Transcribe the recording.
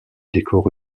décor